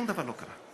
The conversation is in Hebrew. ושום דבר לא קרה.